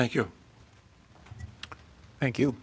thank you thank you